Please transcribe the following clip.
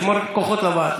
שמור כוחות לוועדה.